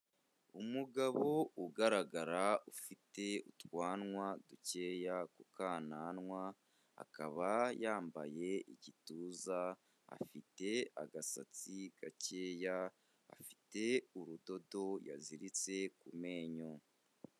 Umugabo ugaragara ufite utwanwa dukeya ku kananwa, akaba yambaye igituza, afite agasatsi gakeya, afite urudodo yaziritse ku menyo.